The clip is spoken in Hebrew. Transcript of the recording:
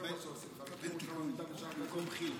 דמוקרטיות מתות בחושך, כתבו בוושינגטון פוסט.